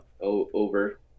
Over